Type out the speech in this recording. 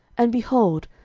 and, behold,